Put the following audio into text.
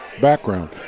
background